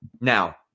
Now